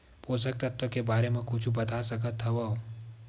पोषक तत्व के बारे मा कुछु बता सकत हवय?